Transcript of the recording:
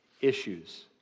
issues